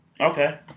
Okay